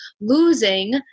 losing